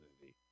movie